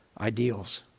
ideals